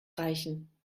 reichen